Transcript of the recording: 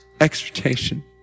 exhortation